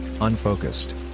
unfocused